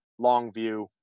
Longview